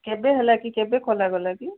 କେବେ ହେଲା କି କେବେ ଖୋଲାଗଲା କି